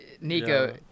nico